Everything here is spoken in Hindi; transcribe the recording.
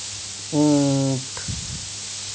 ऊंट